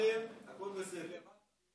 הכול בסדר.